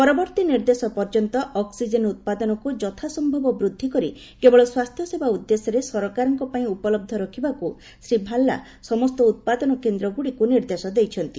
ପରବର୍ତ୍ତୀ ନିର୍ଦ୍ଦେଶ ପର୍ଯ୍ୟନ୍ତ ଅକ୍ସିଜେନ ଉତ୍ପାଦନକୁ ଯଥାସମ୍ଭବ ବୃଦ୍ଧି କରି କେବଳ ସ୍ପାସ୍ଥ୍ୟସେବା ଉଦ୍ଦେଶ୍ୟରେ ସରକାରଙ୍କ ପାଇଁ ଉପଲବ୍ଧ ରଖିବାକୁ ଶ୍ରୀ ଭାଲ୍ଲା ସମସ୍ତ ଉତ୍ପାଦନ କେନ୍ଦ୍ରଗୁଡିକୁ ନିର୍ଦ୍ଦେଶ ଦେଇଛନ୍ତି